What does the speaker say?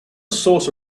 source